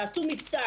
תעשו מבצע,